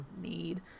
need